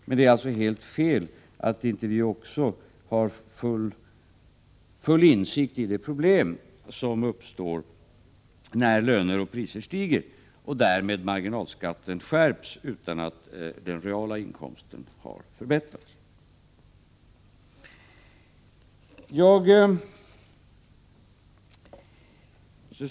Men det är helt fel att säga att inte också vi har full insikt i de problem som uppstår när löner och priser stiger och därmed marginalskatten skärps utan att den reala inkomsten har förbättrats.